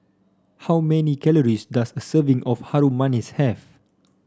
how many calories does a serving of Harum Manis have